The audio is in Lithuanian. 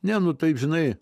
ne nu taip žinai